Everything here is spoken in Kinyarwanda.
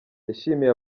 yashimiye